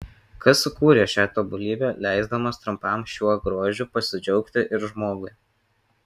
kas sukūrė šią tobulybę leisdamas trumpam šiuo grožiu pasidžiaugti ir žmogui